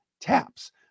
taps